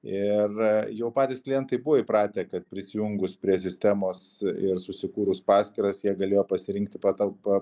ir jau patys klientai buvo įpratę kad prisijungus prie sistemos ir susikūrus paskyras jie galėjo pasirinkti patalpa